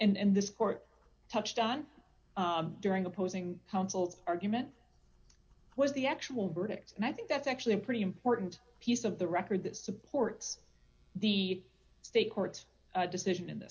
this court touched on during opposing counsel argument was the actual verdict and i think that's actually a pretty important piece of the record that supports the state courts decision in